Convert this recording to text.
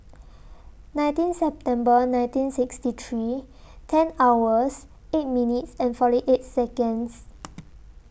nineteen September nineteen sixty three ten hours eight minutes and forty eight Seconds